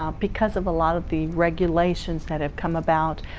um because of a lot of the regulations that have come about,